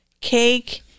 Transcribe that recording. cake